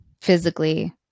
physically